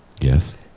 Yes